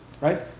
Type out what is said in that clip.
right